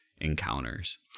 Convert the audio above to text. encounters